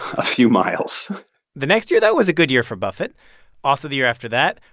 a few miles the next year, that was a good year for buffett also the year after that,